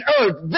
earth